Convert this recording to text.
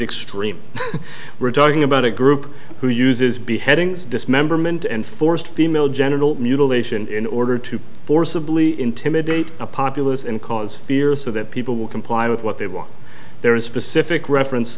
extreme we're talking about a group who uses beheadings dismemberment and forced female genital mutilation in order to forcibly intimidate the populace and cause fear so that people will comply with what they want there is specific reference